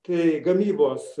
tai gamybos